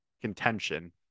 contention